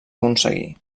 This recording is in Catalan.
aconseguir